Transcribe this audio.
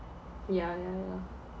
ya ya ya